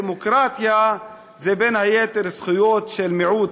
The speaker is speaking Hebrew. דמוקרטיה זה בין היתר זכויות של מיעוט,